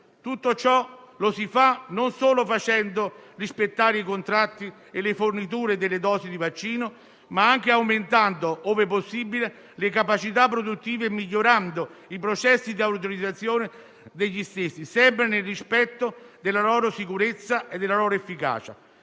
Tutto ciò lo si fa non solo facendo rispettare i contratti e le forniture delle dosi di vaccino, ma anche aumentando, ove possibile, le capacità produttive e migliorando i processi di utilizzazione degli stessi, sempre nel rispetto della loro sicurezza e della loro efficacia.